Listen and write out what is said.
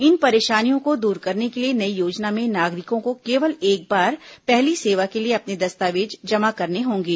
इन परेषानियों को दूर करने के लिये नई योजना में नागरिकों को केवल एक बार पहली सेवा के लिये अपने दस्तावेज जमा करने होंगे